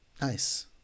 nice